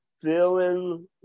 feeling